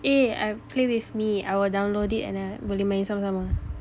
eh I play with me I will download it and then boleh main sama-sama